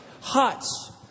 huts